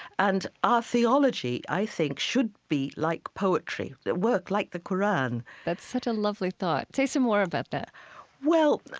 and our theology, i think, should be like poetry, a work like the qur'an that's such a lovely thought. say some more about that well,